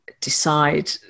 decide